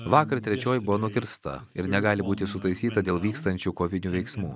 vakar trečioji buvo nukirsta ir negali būti sutaisyta dėl vykstančių kovinių veiksmų